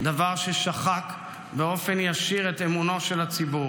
דבר ששחק באופן ישיר את אמונו של הציבור.